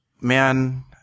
man